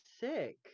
sick